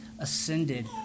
ascended